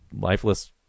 lifeless